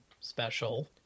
special